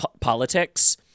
politics